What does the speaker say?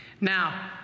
Now